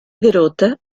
garota